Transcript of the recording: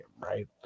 right